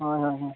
ᱦᱳᱭ ᱦᱳᱭ ᱦᱳᱭ